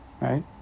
right